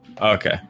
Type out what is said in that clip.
Okay